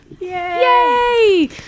Yay